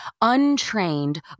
untrained